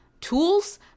tools